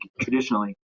traditionally